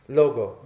logo